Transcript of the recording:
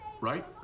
Right